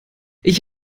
ich